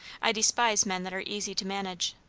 i despise men that are easy to manage.